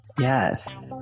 yes